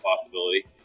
possibility